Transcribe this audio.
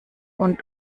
und